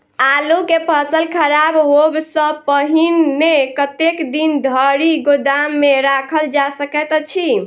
आलु केँ फसल खराब होब सऽ पहिने कतेक दिन धरि गोदाम मे राखल जा सकैत अछि?